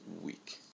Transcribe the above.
week